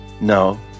No